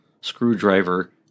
screwdriver